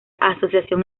asociación